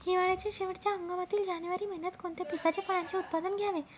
हिवाळ्याच्या शेवटच्या हंगामातील जानेवारी महिन्यात कोणत्या पिकाचे, फळांचे उत्पादन घ्यावे?